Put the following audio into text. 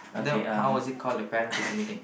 then how was it called a parent teacher meeting